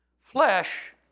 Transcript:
flesh